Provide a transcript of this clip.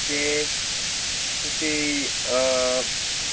ਅਤੇ ਤੁਸੀਂ